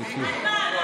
תבדקי.